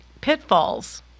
pitfalls